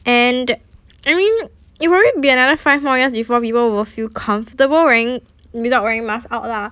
and I mean it wouldn't be another five more years before people will feel comfortable wearing without wearing mask out lah